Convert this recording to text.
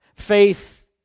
Faith